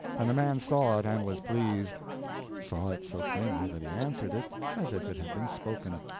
and the man saw it and was pleased saw it so plainly that he answered it as if it had been spoken.